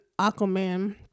Aquaman